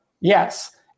Yes